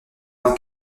vin